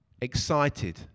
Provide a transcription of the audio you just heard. excited